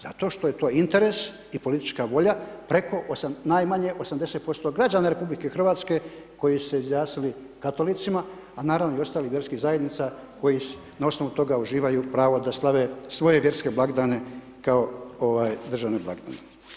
Zato što je to interes i politička volja preko, najmanje 80% građana RH koji su se izjasnili katolicima, a naravno, i ostalih vjerskih zajednica koji na osnovi toga uživaju pravo da slave svoje vjerske blagdane kao državne blagdane.